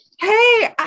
Hey